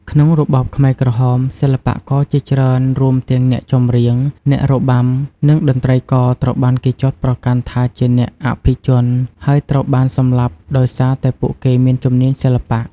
ក្នុងរបបខ្មែរក្រហម សិល្បករជាច្រើនរួមទាំងអ្នកចម្រៀង អ្នករបាំ និងតន្ត្រីករ ត្រូវបានគេចោទប្រកាន់ថាជាអ្នកអភិជន ហើយត្រូវបានសម្លាប់ដោយសារតែពួកគេមានជំនាញសិល្បៈ។